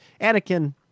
Anakin